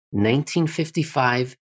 1955